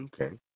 Okay